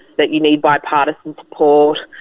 that you need bipartisan support.